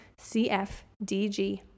CFDG